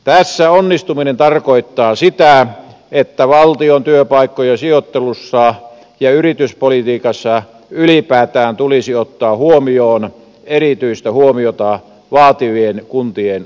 tässä onnistuminen tarkoittaa sitä että valtion työpaikkojen sijoittelussa ja yrityspolitiikassa ylipäätään tulisi ottaa huomioon erityistä huomiota vaativien kuntien ongelmat